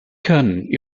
können